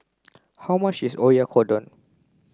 how much is Oyakodon